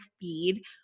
feed